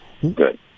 Good